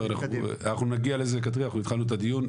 אנחנו נגיע לזה, כתריאל, אנחנו התחלנו את הדיון.